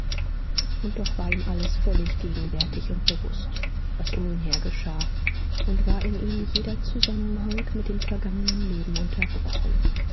und doch war ihm alles völlig gegenwärtig und bewußt was um ihn her geschah und war in ihm jeder zusammenhang mit dem vergangenen leben unterbrochen